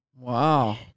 wow